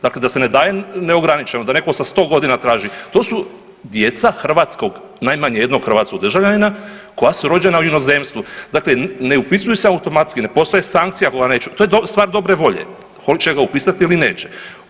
Dakle, da se ne daje neograničeno, da neko sa 100 godina traži, to su djeca hrvatskog, najmanje jednog hrvatskog državljanina koja su rođena u inozemstvu, dakle ne upisuju se automatski, ne postoji sankcija … to je stvar dobre volje, hoće upisat ili neće.